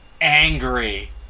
angry